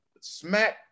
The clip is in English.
smack